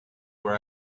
where